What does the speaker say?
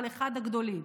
אבל אחד הגדולים,